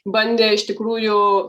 bandė iš tikrųjų